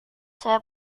saya